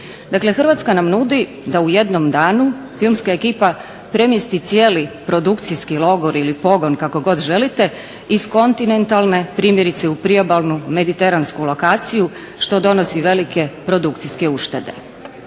Hrvatska nam nudi da u jednom danu filmska ekipa premjesti cijeli produkcijski logor ili pogon kako god želite, iz kontinentalne primjerice u priobalnu, mediteransku lokaciju što donosi velike produkcijske uštede.